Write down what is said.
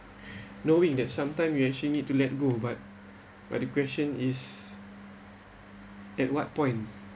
knowing that sometime you actually need to let go but but the question is at what point